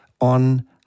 on